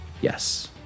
yes